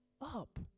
up